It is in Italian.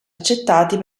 accettati